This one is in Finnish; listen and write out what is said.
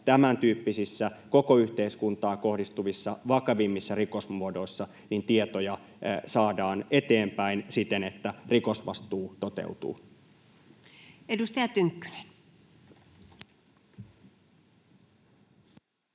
tämäntyyppisissä koko yhteiskuntaan kohdistuvissa, vakavimmissa rikosmuodoissa tietoja saadaan eteenpäin, siten että rikosvastuu toteutuu. Edustaja Tynkkynen.